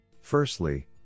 firstly